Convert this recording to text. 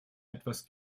etwas